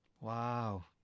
wow